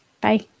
Bye